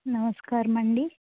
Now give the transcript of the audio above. నమస్కారమండి